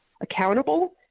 accountable